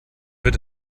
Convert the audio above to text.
wird